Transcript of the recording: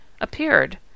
appeared